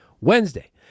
Wednesday